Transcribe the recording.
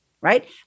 right